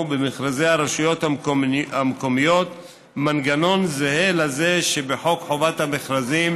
במכרזי הרשויות המקומיות מנגנון זהה לזה שבחוק חובת המכרזים